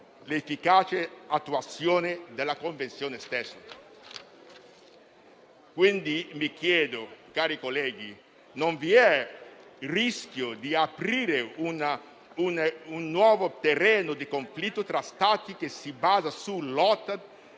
l'efficace attuazione della Convenzione stessa. Mi chiedo, quindi, cari colleghi, se non vi sia il rischio di aprire un nuovo terreno di conflitto tra Stati, che si basa su lotte